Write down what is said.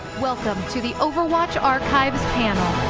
welcome to the overwatch archives panel.